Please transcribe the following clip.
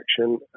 action